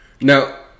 Now